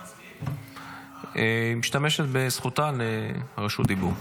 היא משתמשת בזכותה לרשות דיבור.